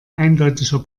eindeutiger